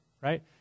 right